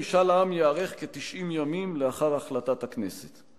משאל העם ייערך כ-90 ימים לאחר החלטת הכנסת.